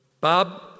Bob